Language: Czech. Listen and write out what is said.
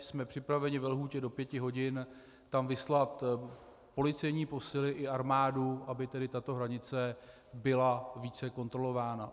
Jsme připraveni ve lhůtě do pěti hodin tam vyslat policejní posily i armádu, aby tato hranice byla více kontrolována.